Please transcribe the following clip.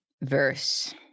verse